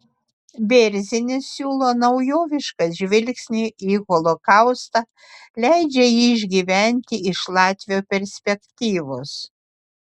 bėrzinis siūlo naujovišką žvilgsnį į holokaustą leidžia jį išgyventi iš latvio perspektyvos